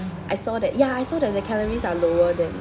I saw that ya I saw that the calories are lower than